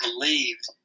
believed